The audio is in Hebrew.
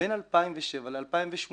בין 2007 ל-2018,